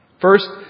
First